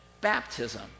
baptism